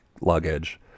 luggage